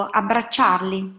abbracciarli